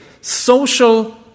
social